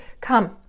Come